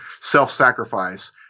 self-sacrifice